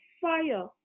fire